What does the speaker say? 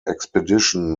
expedition